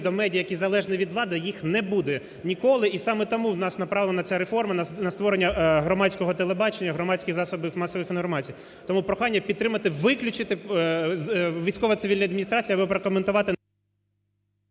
до медіа, які залежні від влади їх не буде ніколи. І саме тому у нас направлена ця реформа на створення громадського телебачення, громадських засобів масової інформації. Тому прохання підтримати виключити "військові цивільні" або прокоментувати…